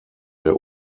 der